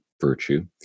virtue